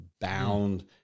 bound